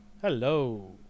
Hello